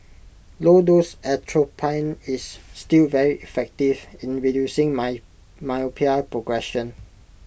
low dose atropine is still very effective in reducing my myopia progression